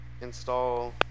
install